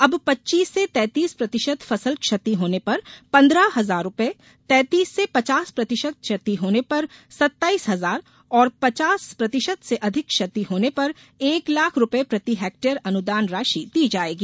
अब पच्चीस से तैतीस प्रतिशत फसल क्षति होने पर पन्द्रह हजार रूपये तैतीस से पचास प्रतिशत क्षति पर सत्ताईस हजार और पचास प्रतिशत से अधिक क्षति होने पर एक लाख रूपये प्रति हेक्टेयर अनुदान राशि दी जायेगी